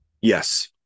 Yes